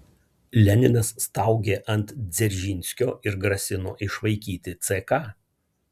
leninas staugė ant dzeržinskio ir grasino išvaikyti ck